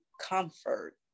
comfort